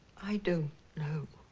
i don't know.